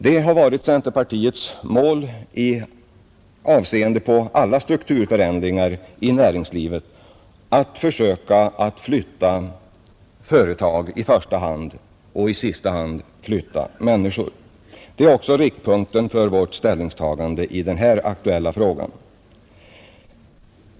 Det har varit centerpartiets mål i avseende på alla strukturförändringar i näringslivet att försöka i första hand flytta företag och i sista hand flytta människor. Det är också riktpunkten för vårt ställningstagande i den här aktuella frågan.